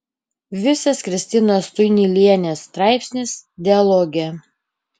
visas kristinos tuinylienės straipsnis dialoge